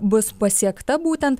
bus pasiekta būtent